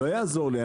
לא יעזור לי,